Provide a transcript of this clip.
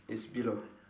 it's below